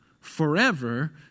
forever